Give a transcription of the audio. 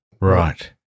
Right